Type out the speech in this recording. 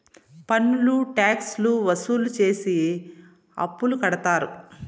పన్నులు ట్యాక్స్ లు వసూలు చేసి అప్పులు కడతారు